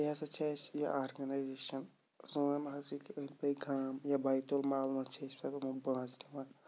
بیٚیہِ ہَسا چھِ اَسہِ یہِ آرگٕنایزیشَن سون حظ یہِ کہ أنٛدۍ پٔکۍ گام یا بیتُل مال منٛز چھِ أسۍ پَتہٕ أمۍ پونٛسہٕ دِوان